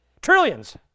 Trillions